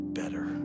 better